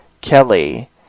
Kelly